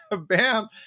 Bam